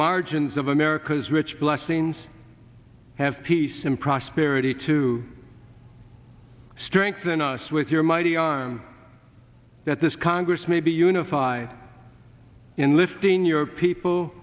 margins of america's rich blessings have peace and prosperity to strengthen us with your mighty on that this congress may be unified in lifting your people